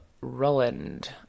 Roland